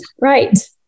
right